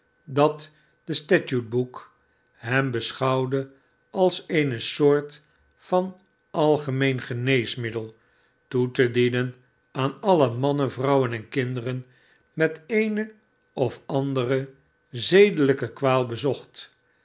dat het statute book hem beschouwde als eene soort van algemeen geneesmiddel toe te dienen aan alle mannen vrouwen en kinderen met eene of andere zedelijke kwaal bezocht